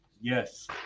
yes